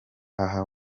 aha